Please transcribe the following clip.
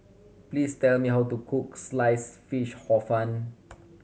please tell me how to cook Sliced Fish Hor Fun